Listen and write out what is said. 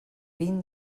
vint